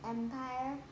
Empire